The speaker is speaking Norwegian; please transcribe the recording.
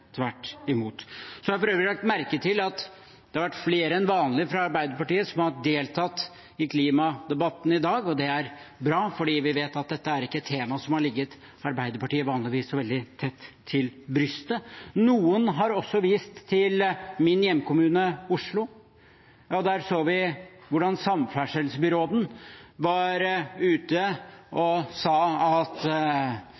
tvert imot. Jeg har for øvrig lagt merke til at det har vært flere enn vanlig fra Arbeiderpartiet som har deltatt i klimadebatten i dag. Det er bra, for vi vet at dette er et tema som vanligvis ikke har ligget Arbeiderpartiets hjerte nært. Noen har også vist til min hjemkommune, Oslo. Der så vi hvordan samferdselsbyråden var ute